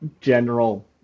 general